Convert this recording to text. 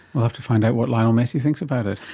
we'll have to find out what lionel messi thinks about it.